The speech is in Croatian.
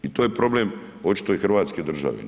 I to je problem očito i Hrvatske države.